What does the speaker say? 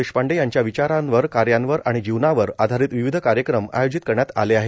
देशपांडे यांच्या विचारावर कार्यावर आणि जीवनावर आधारित विविध कार्यक्रम आयोजित करण्यात आले आहेत